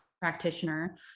practitioner